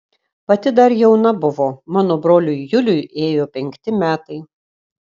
pati dar jauna buvo mano broliui juliui ėjo penkti metai